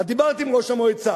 את דיברת עם ראש המועצה,